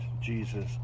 Jesus